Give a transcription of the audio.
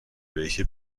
welche